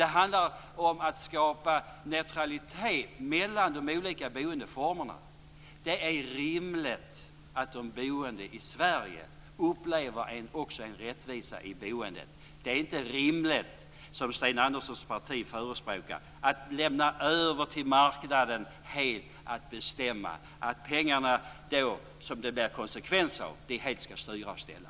Det handlar om att skapa neutralitet mellan de olika boendeformerna. Det är rimligt att de boende i Sverige upplever en rättvisa i boendet. Det är inte rimligt att, som Sten Anderssons parti förespråkar, helt lämna över till marknaden att bestämma, att pengarna helt ska styra och ställa.